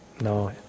No